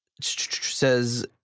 says